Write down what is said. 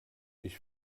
ich